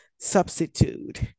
substitute